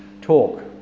talk